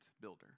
builder